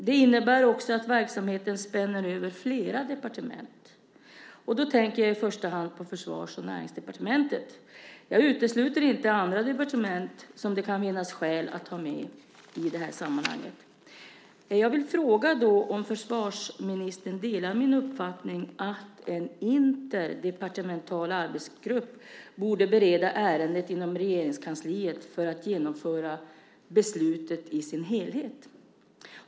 Det innebär också att verksamheten spänner över flera departement. Då tänker jag i första hand på Försvars och Näringsdepartementen. Jag utesluter inte andra departement som det kan finnas skäl att ha med i sammanhanget. Jag vill fråga om försvarsministern delar min uppfattning att en interdepartemental arbetsgrupp borde bereda ärendet inom Regeringskansliet för att genomföra beslutet i sin helhet.